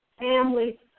family